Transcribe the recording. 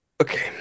Okay